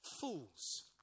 Fools